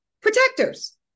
protectors